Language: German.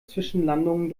zwischenlandungen